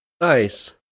Nice